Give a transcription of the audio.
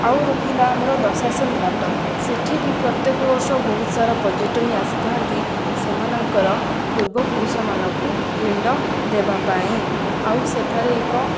ଆଉ ରହିଲା ଆମର ଦଶାସନ ଘାଟ ସେଠି ବି ପ୍ରତ୍ୟେକ ବର୍ଷ ବହୁତ ସାରା ପର୍ଯ୍ୟଟନ ଆସିଥାନ୍ତି ସେମାନଙ୍କର ପୂର୍ବପୁରୁଷମାନଙ୍କୁ ପିଣ୍ଡ ଦେବା ପାଇଁ ଆଉ ସେଠାରେ ଏକ